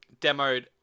demoed